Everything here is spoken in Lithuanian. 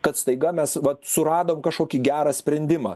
kad staiga mes vat suradom kažkokį gerą sprendimą